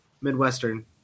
Midwestern